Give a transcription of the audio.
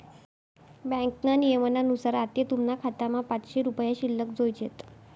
ब्यांकना नियमनुसार आते तुमना खातामा पाचशे रुपया शिल्लक जोयजेत